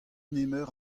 nemeur